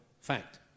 fact